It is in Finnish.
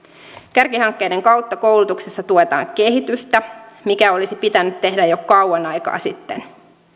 kärkihankkeiden kautta koulutuksessa tuetaan kehitystä mikä olisi pitänyt tehdä jo kauan aikaa sitten